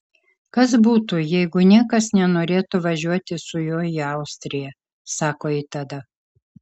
kas būtų jeigu niekas nenorėtų važiuoti su juo į austriją sako ji tada